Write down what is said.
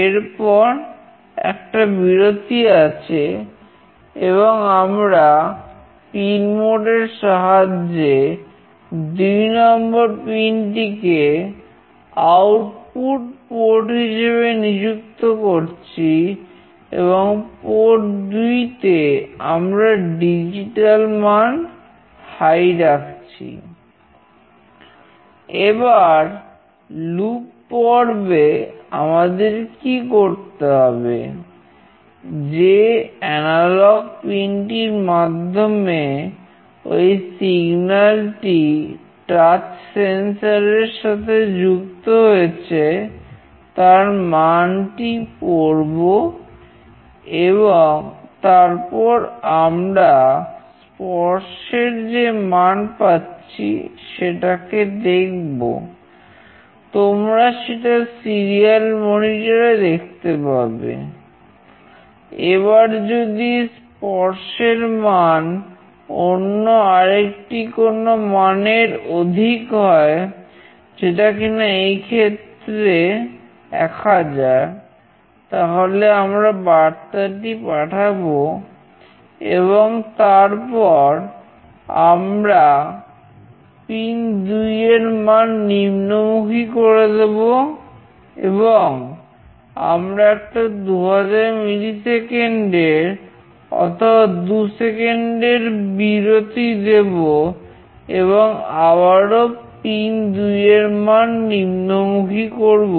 এবার লুপ বিরতি দেব এবং আবারও পিন দুইয়ের মান নিম্নমুখী করব